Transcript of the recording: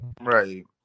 Right